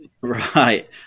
Right